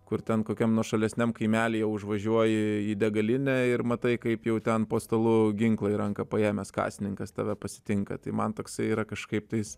kur ten kokiam nuošalesniam kaimelyje užvažiuoji į degalinę ir matai kaip jau ten po stalu ginklą į ranką paėmęs kasininkas tave pasitinka tai man toksai yra kažkaip tai